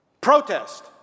protest